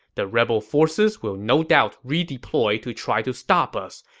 the rebel forces will no doubt redeploy to try to stop us.